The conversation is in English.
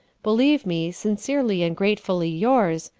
believe me, sincerely and gratefully yours,